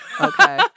Okay